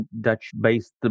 Dutch-based